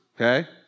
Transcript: okay